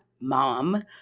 mom